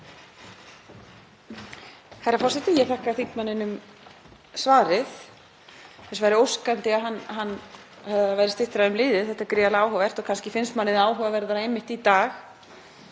þetta er gríðarlega áhugavert og kannski finnst manni það áhugaverðara einmitt í dag